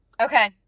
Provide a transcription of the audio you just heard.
Okay